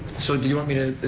so do you want me to